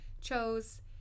chose